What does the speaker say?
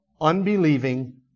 unbelieving